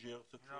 בוז'י הרצוג.